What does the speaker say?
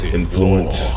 influence